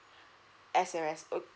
S_M_S